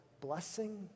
blessing